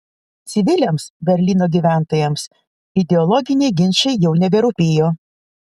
civiliams berlyno gyventojams ideologiniai ginčai jau neberūpėjo